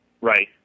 Right